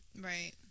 Right